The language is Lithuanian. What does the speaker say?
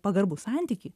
pagarbų santykį